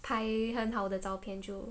拍很好的照片就